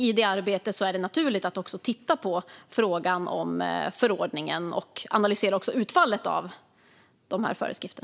I det arbetet är det naturligt att också titta på frågan om förordningen och analysera utfallet av föreskrifterna.